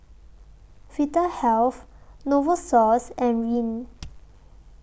Vitahealth Novosource and Rene